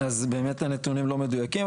אז באמת הנתונים לא מדויקים.